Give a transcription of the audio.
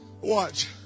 Watch